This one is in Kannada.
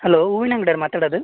ಹಲೋ ಹೂವಿನ್ ಅಂಗ್ಡಿಯವ್ರಾ ಮಾತಾಡೋದು